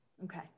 Okay